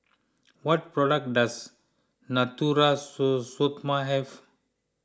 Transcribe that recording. what products does Natura Stoma have